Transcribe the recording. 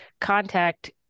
contact